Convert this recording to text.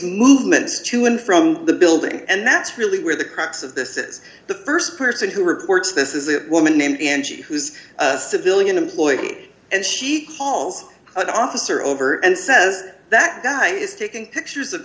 movements to and from the building and that's really where the crux of this is the st person who reports this is a woman named and she who's a civilian employee and she calls the officer over and says that guy is taking pictures of